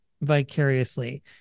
vicariously